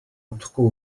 удахгүй